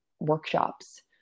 workshops